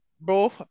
Bro